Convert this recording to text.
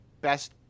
best